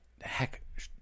Heck